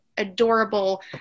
adorable